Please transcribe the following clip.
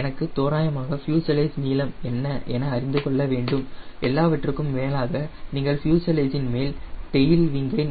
எனக்கு தோராயமாக ஃப்யூசலேஜ் நீளம் என்ன என அறிந்து கொள்ள வேண்டும் எல்லாவற்றிற்கும் மேலாக நீங்கள் ஃப்யூசலேஜ் இன் மேல் டெயில் விங்கை